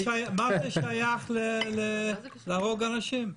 מה זה שייך ללהרוג אנשים?